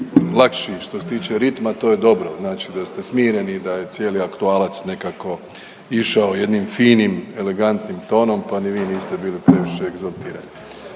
što se tiče ritma to je dobro, znači da ste smireni i da je cijeli aktualac nekako išao jednim finim elegantnim tonom pa ni vi niste bili previše egzaltirani.